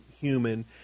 human